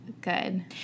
good